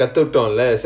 they do often